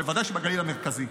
בוודאי בגליל המרכזי.